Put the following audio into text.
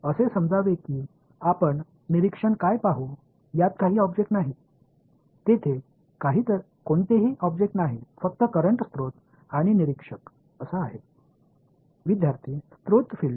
இங்கே பார்வையாளர் பார்க்கும் பொருள் எதுவும் இல்லை என்று கருதுகிறோம் மின்சார மூலமும் பார்வையாளரும் மட்டுமே உள்ளனர் எந்த பொருளும் இல்லை